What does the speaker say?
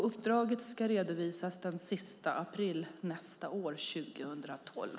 Uppdraget ska redovisas den 30 april 2012.